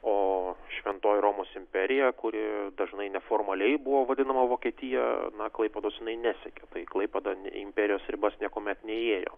o šventoji romos imperija kuri dažnai neformaliai buvo vadinama vokietija na klaipėdos jinai nesiekė tai klaipėda imperijos ribas niekuomet neįėjo